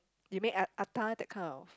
you mean that kind of